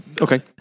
Okay